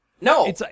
No